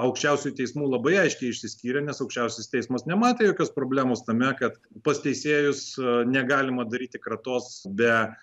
aukščiausiųjų teismų labai aiškiai išsiskyrė nes aukščiausiasis teismas nematė jokios problemos tame kad pas teisėjus negalima daryti kratos be